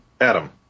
Adam